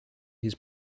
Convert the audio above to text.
his